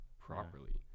properly